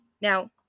Now